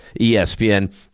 ESPN